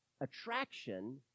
attraction